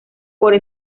por